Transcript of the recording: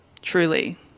Truly